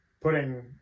putting